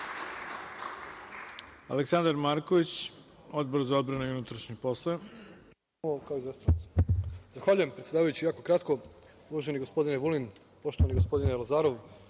Aleksandar Marković, Odbor za odbranu i unutrašnje poslove.